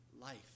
life